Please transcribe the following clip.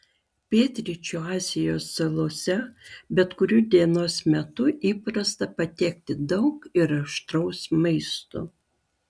pietryčių azijos salose bet kuriuo dienos metu įprasta patiekti daug ir aštraus maisto